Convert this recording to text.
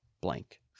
blank